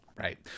Right